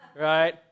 right